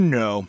no